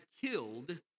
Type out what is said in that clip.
killed